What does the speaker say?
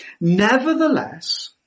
Nevertheless